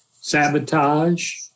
sabotage